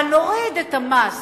אבל נוריד את המס.